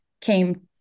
came